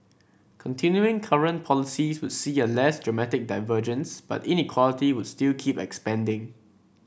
continuing current policies would see a less dramatic divergence but inequality would still keep expanding